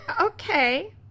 Okay